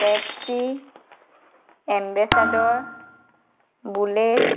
taxi ambassador bullet